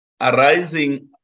arising